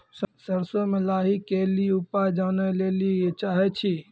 सरसों मे लाही के ली उपाय जाने लैली चाहे छी?